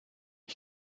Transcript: ich